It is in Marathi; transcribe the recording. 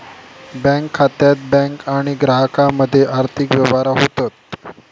बँक खात्यात बँक आणि ग्राहकामध्ये आर्थिक व्यवहार होतत